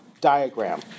Diagram